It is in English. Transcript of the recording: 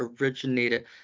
originated